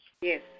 Yes